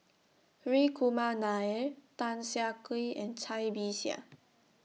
Hri Kumar Nair Tan Siah Kwee and Cai Bixia